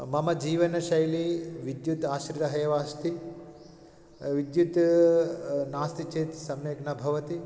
मम जीवनशैली विद्युताश्रिता एव अस्ति विद्युत् नास्ति चेत् सम्यग्नभवति